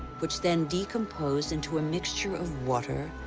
which then decompose into a mixture of water,